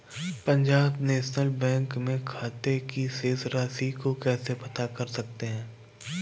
Punjab National Bank में खाते की शेष राशि को कैसे पता कर सकते हैं?